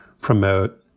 promote